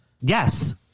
Yes